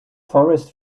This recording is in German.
forest